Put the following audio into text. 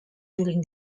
during